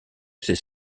ces